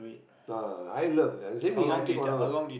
ah I love same thing I take whatever